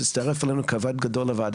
שהצטרף אלינו לוועדה,